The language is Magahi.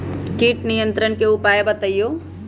किट नियंत्रण के उपाय बतइयो?